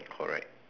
correct